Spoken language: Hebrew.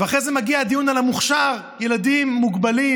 ואחרי זה מגיע הדיון על המוכש"ר, ילדים מוגבלים,